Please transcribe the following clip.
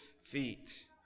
feet